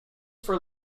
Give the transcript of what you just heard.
for